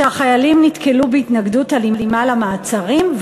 שהחיילים נתקלו בהתנגדות אלימה למעצרים,